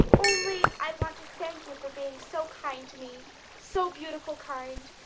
only i want to thank you for being so kind to me so beautiful kind,